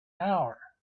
hour